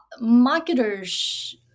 marketers